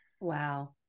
wow